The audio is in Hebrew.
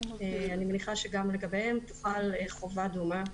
אני מניחה שגם לגביהם תחול חובה דומה.